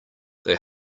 they